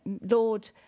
Lord